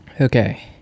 Okay